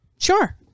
Sure